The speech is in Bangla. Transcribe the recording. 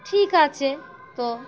ঠিক আছে তো